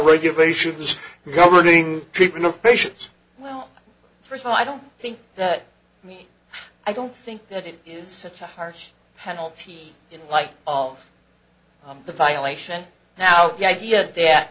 regulations governing treatment of patients well first of all i don't think that mean i don't think that it is such a harsh penalty in light of the violation now the idea that